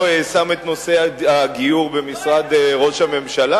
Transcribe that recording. שם את נושא הגיור במשרד ראש הממשלה?